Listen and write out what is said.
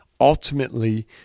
ultimately